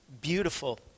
beautiful